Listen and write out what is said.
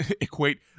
equate